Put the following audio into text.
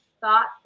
thought